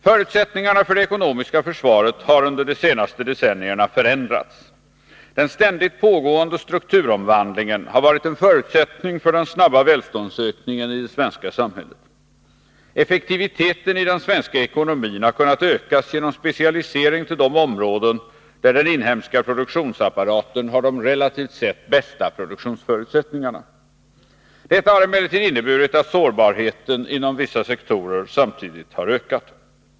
Förutsättningarna för det ekonomiska försvaret har under de senaste decennierna förändrats. Den ständigt pågående strukturomvandlingen har varit en förutsättning för den snabba välståndsökningen i det svenska samhället. Effektiviteten i den svenska ekonomin har kunnat ökas genom specialisering till de områden där den inhemska produktionsapparaten har de relativt sett bästa produktionsförutsättningarna. Detta har emellertid inneburit att sårbarheten inom vissa sektorer samtidigt har ökat.